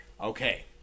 Okay